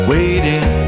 Waiting